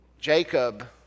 Jacob